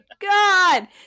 God